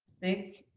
thick,